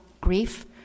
grief